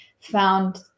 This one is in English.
found